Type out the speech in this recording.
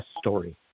story